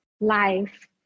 life